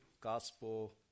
gospel